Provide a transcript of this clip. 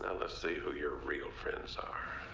ah let's see who your real friends are.